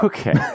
Okay